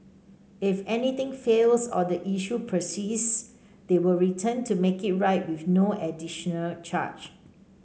if anything fails or the issue persists they will return to make it right with no additional charge